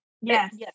Yes